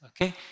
okay